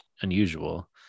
unusual